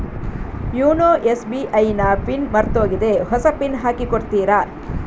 YONO SBI ನ PIN ಮರ್ತೋಗಿದೆ ಹೊಸ ಪಿನ್ ಹಾಕಿ ಕೊಡ್ತೀರಾ?